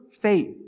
faith